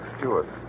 Stewart